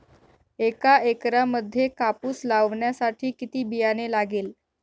एका एकरामध्ये कापूस लावण्यासाठी किती बियाणे लागेल?